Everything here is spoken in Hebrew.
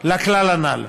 לכלל הנ"ל,